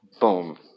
Boom